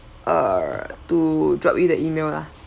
err to drop you the email lah